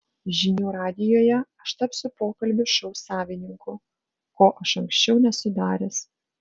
žinių radijuje aš tapsiu pokalbių šou savininku ko aš anksčiau nesu daręs